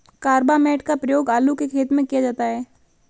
carbamate का प्रयोग आलू के खेत में किया जाता है